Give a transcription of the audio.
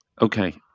Okay